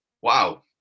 Wow